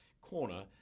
corner